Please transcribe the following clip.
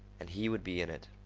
and he would be in it.